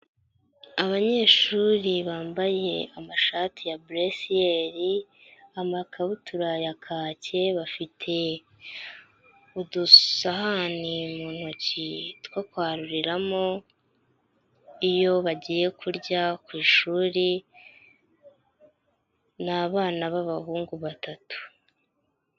Abanyeshuri bambaye amashati ya bleu ciel, amakabutura ya kake, bafite udusahane mu ntoki two kwaruriramo iyo bagiye kurya ku ishuri, ni abana b'abahungu batatu.